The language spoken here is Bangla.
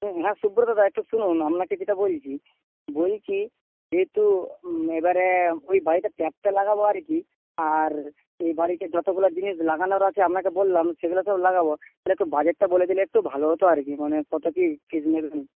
হুম হ্যাঁ সুব্রতদা একটু শুনুন আপনাকে যেটা বলছি বলছি যেহেতু এবারে ওই বাড়িতে ট্যাপটা লাগাব আর কি আর এই বাড়িতে যতোগুলো জিনিস লাগানোর আছে আপনাকে বললাম সেগুলো সব লাগাব তাহলে একটু বাজেটটা বলে দিলে একটু ভালো হতো আর কি মানে কত কী ফিজ নেবেন